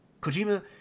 Kojima